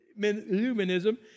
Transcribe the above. humanism